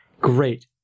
great